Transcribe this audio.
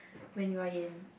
when you are in